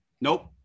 Nope